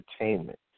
entertainment